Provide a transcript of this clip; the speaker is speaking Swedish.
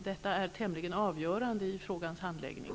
Detta är tämligen avgörande i frågans handläggning.